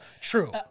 True